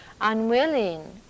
unwilling